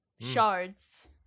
shards